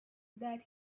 that